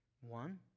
One